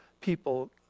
people